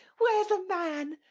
where's a man,